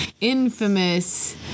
infamous